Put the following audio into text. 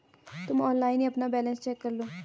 तुम ऑनलाइन ही अपना बैलन्स चेक करलो